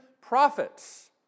prophets